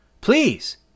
Please